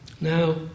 Now